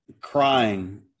crying